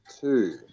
Two